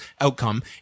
outcome